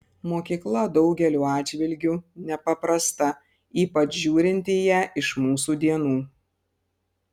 mokykla daugeliu atžvilgiu nepaprasta ypač žiūrint į ją iš mūsų dienų